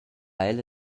ella